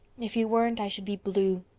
if you weren't i should be blue.